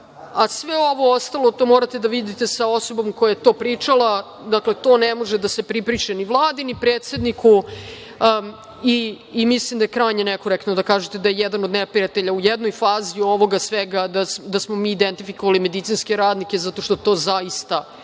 Sve ovo ostalo, to morate da vidite sa osobom koja je to pričala, dakle to ne može da se pripiše ni Vladi, ni predsedniku i mislim da je krajnje nekorektno da kažete da je jedan od neprijatelja u jednoj fazi ovoga svega da smo mi identifikovali medicinske radnike, zato što to zaista